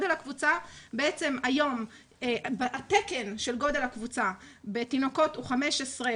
היום התקן של גודל הקבוצה בתינוקות הוא 15,